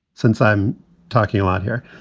since i'm talking a lot here,